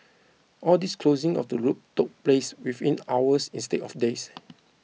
all this closing of the loop took place within hours instead of days